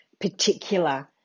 particular